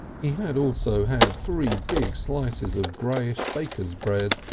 he had also had three big slices of greyish baker's bread,